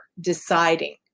deciding